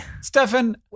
Stefan